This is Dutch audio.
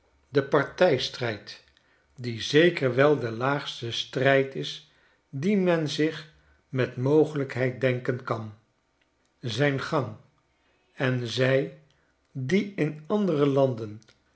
de partijstrijd die zeker wel de laagste strijd is dien men zich met mogelijkheid denken kan zijn gang en zij die in andere landen